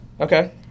Okay